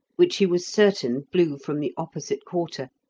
which he was certain blew from the opposite quarter,